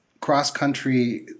cross-country